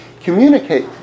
communicate